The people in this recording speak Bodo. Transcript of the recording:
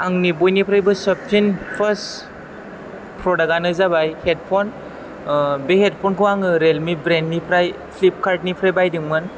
आंनि बयनिफ्रायबो साबसिन फार्स प्रदाकानो जाबाय हेदफन बे हेदफनखौ आङो रिलमि ब्रेन्दनिफ्राय फ्लिपकार्डनिफ्राय बायदोंमोन